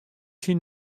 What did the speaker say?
syn